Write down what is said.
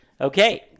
Okay